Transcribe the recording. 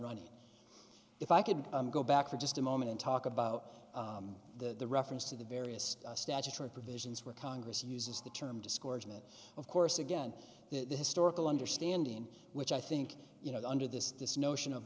running if i could go back for just a moment and talk about the reference to the various statutory provisions where congress uses the term discouragement of course again the historical understanding which i think you know under this this notion of